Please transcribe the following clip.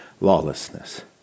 lawlessness